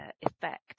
effect